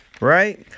Right